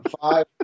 five